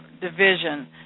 division